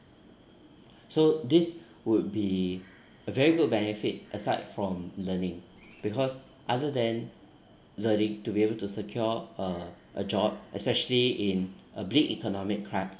so this would be a very good benefit aside from learning because other than learning to be able to secure a a job especially in a bleak economic